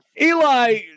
eli